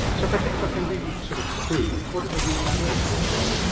so if if i can be sort of crude, what does an implant cost these days?